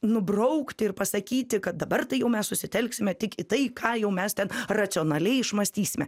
nubraukti ir pasakyti kad dabar tai jau mes susitelksime tik į tai ką jau mes ten racionaliai išmąstysime